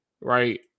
right